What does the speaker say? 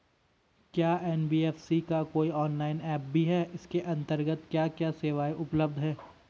क्या एन.बी.एफ.सी का कोई ऑनलाइन ऐप भी है इसके अन्तर्गत क्या क्या सेवाएँ उपलब्ध हैं?